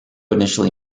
initially